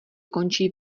končí